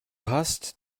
hast